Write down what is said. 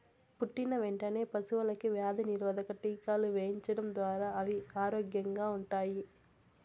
పుట్టిన వెంటనే పశువులకు వ్యాధి నిరోధక టీకాలు వేయించడం ద్వారా అవి ఆరోగ్యంగా ఉంటాయి